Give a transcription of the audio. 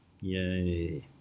Yay